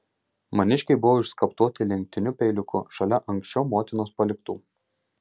maniškiai buvo išskaptuoti lenktiniu peiliuku šalia anksčiau motinos paliktų